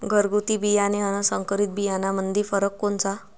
घरगुती बियाणे अन संकरीत बियाणामंदी फरक कोनचा?